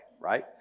right